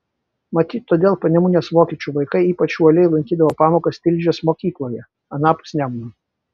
matyt todėl panemunės vokiečių vaikai ypač uoliai lankydavo pamokas tilžės mokykloje anapus nemuno